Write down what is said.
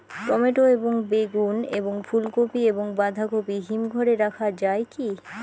Tomato এবং বেগুন এবং ফুলকপি এবং বাঁধাকপি হিমঘরে রাখা যায় কি?